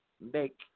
make